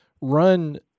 run